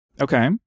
Okay